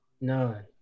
None